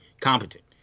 competent